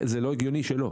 זה לא הגיוני שלא.